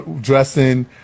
dressing